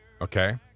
okay